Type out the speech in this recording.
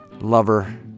lover